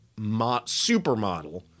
supermodel